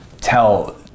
tell